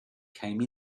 came